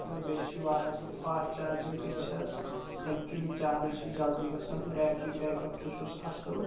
تہٕ بییہِ چھِ واریاہ اصل فاسٹ چارجنگ تہِ چھس ییٚمۍکِن یہِ چارج چھِ جلدی گژھان بیٹری بیک اپ تہِ چھُس اصل